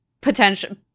potential